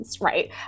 right